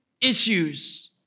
issues